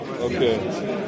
Okay